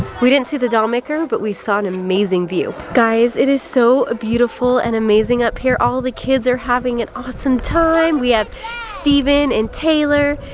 we didn't see the doll maker but we saw an amazing view. guys, it is so beautiful and amazing up here. all the kids are having an awesome time. we have steven and taylor.